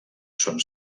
són